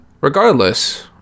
regardless